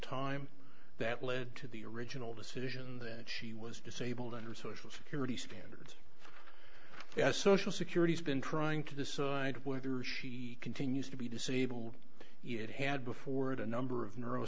time that led to the original decision that she was disabled under social security standards social security has been trying to decide whether she continues to be disabled it had before it a number of n